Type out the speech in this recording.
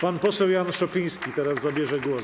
Pan poseł Jan Szopiński teraz zabierze głos.